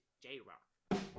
J-Rock